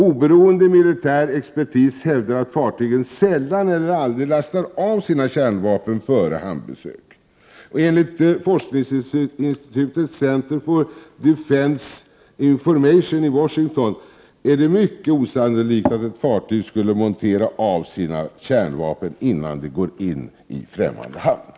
Oberoende militär expertis hävdar att fartygen sällan eller aldrig lastar av sina kärnvapen före hamnbesök. Enligt forskningsinstitutet Centerford Defense Information i Washington är det mycket osannolikt att ett fartyg skulle montera av sina kärnvapen, innan det går in i fftämmande hamn.